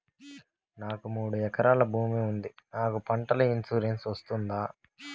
నాకు మూడు ఎకరాలు భూమి ఉంది నాకు పంటల ఇన్సూరెన్సు వస్తుందా?